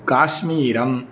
काश्मीरम्